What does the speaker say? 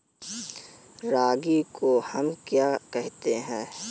रागी को हम क्या कहते हैं?